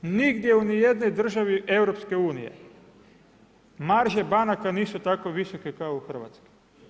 Nigdje u nijednoj državi EU-a marže banaka nisu tako visoke kao u Hrvatskoj.